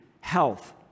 health